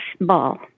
ball